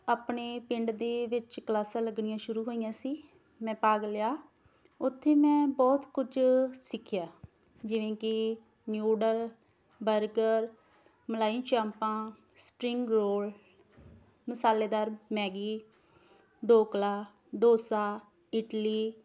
ਆਪਣੇ ਪਿੰਡ ਦੇ ਵਿੱਚ ਕਲਾਸਾਂ ਲੱਗਣੀਆਂ ਸ਼ੁਰੂ ਹੋਈਆਂ ਸੀ ਮੈਂ ਭਾਗ ਲਿਆ ਉੱਥੇ ਮੈਂ ਬਹੁਤ ਕੁਝ ਸਿੱਖਿਆ ਜਿਵੇਂ ਕਿ ਨਿਊਡਲ ਬਰਗਰ ਮਲਾਈ ਚਾਪਾਂ ਸਪਰਿੰਗ ਰੋਲ ਮਸਾਲੇਦਾਰ ਮੈਗੀ ਡੋਕਲਾ ਡੋਸਾ ਇਡਲੀ